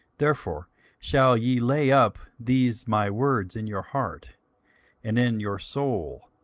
therefore shall ye lay up these my words in your heart and in your soul,